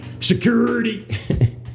Security